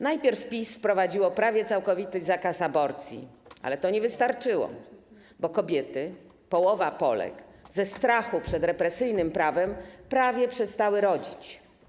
Najpierw PiS wprowadził prawie całkowity zakaz aborcji, ale to nie wystarczyło, bo kobiety, chodzi o połowę Polek, ze strachu przed represyjnym prawem prawie przestały rodzić.